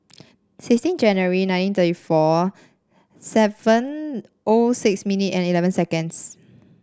sixteen January nineteen thirty four seven O six minute and eleven seconds